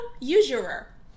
Usurer